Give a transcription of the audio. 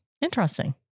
Interesting